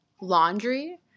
laundry